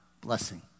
blessing